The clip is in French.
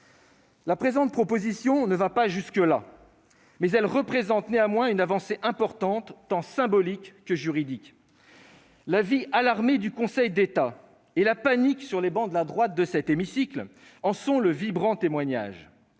qui nous est proposé ne va pas jusque-là. Mais il représente néanmoins une avancée importante, tant symbolique que juridique. L'avis alarmé du Conseil d'État et la panique sur les travées droites de cet hémicycle en sont le vibrant témoignage.